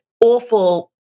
awful